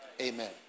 Amen